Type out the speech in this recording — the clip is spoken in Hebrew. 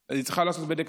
היא צריכה לעשות בדק בית,